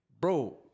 bro